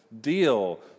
deal